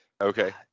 Okay